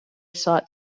sought